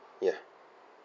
ya